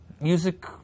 Music